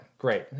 Great